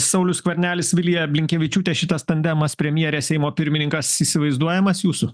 saulius skvernelis vilija blinkevičiūtė šitas tandemas premjerė seimo pirmininkas įsivaizduojamas jūsų